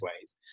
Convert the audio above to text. ways